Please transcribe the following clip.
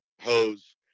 hose